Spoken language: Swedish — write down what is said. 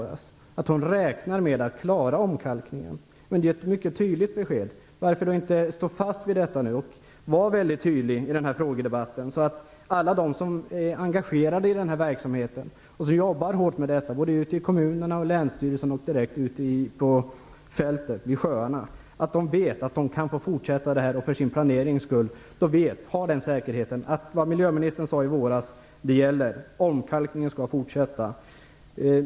Hon sade att hon räknar med att klara omkalkningen. Hon gav ett mycket tydligt besked. Varför inte stå fast vid detta nu och vara mycket tydlig i den här frågedebatten? Alla de som är engagerade i den här verksamheten och som jobbar hårt med detta i kommunerna, länsstyrelserna och ute på fältet skulle då få veta för sin planerings skull att de kan få fortsätta med det här. De skulle ha säkerheten att det som miljöministern sade i våras gäller - omkalkningen skall fortsätta.